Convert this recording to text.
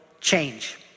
change